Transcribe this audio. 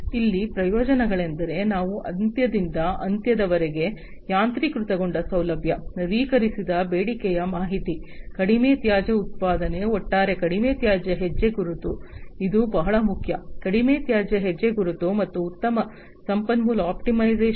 ಇಲ್ಲಿ ಪ್ರಯೋಜನಗಳೆಂದರೆ ನಾವು ಅಂತ್ಯದಿಂದ ಅಂತ್ಯದವರೆಗೆ ಯಾಂತ್ರೀಕೃತಗೊಂಡ ಸೌಲಭ್ಯ ನವೀಕರಿಸಿದ ಬೇಡಿಕೆಯ ಮಾಹಿತಿ ಕಡಿಮೆ ತ್ಯಾಜ್ಯ ಉತ್ಪಾದನೆ ಒಟ್ಟಾರೆ ಕಡಿಮೆ ತ್ಯಾಜ್ಯ ಹೆಜ್ಜೆಗುರುತು ಇದು ಬಹಳ ಮುಖ್ಯ ಕಡಿಮೆ ತ್ಯಾಜ್ಯ ಹೆಜ್ಜೆಗುರುತು ಮತ್ತು ಉತ್ತಮ ಸಂಪನ್ಮೂಲ ಆಪ್ಟಿಮೈಸೇಶನ್